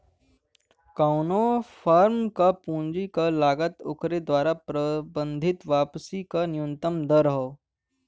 कउनो फर्म क पूंजी क लागत ओकरे द्वारा प्रबंधित वापसी क न्यूनतम दर हौ